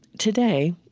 today,